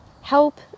help